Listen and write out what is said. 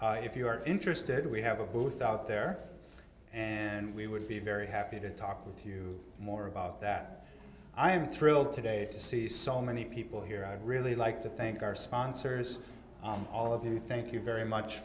sustainable if you are interested we have a booth out there and we would be very happy to talk with you more about that i am thrilled today to see so many people here i'd really like to thank our sponsors all of you thank you very much